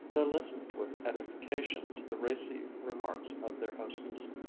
they listened with edification to the racy remarks of their hostess,